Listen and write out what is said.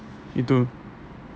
gitu